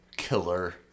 killer